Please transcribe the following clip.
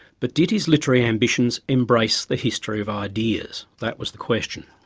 but did his literary ambitions embrace the history of ideas? that was the question.